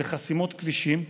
זה חסימות כבישים,